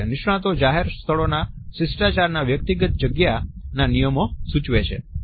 નિષ્ણાતો જાહેર સ્થળોના શિષ્ટાચારના વ્યક્તિગત જગ્યાના નિયમો સૂચવે છે